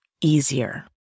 easier